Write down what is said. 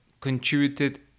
contributed